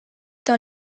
dans